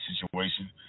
situation